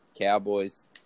cowboys